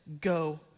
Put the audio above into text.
Go